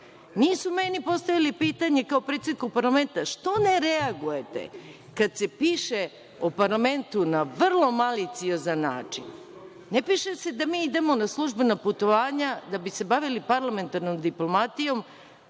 nisu meni postavili pitanje kao predsedniku parlamenta – što ne reagujete kada se piše o parlamentu na vrlo maliciozan način. Ne piše se da mi idemo na službena putovanja da bi se bavili parlamentarnom diplomatijom,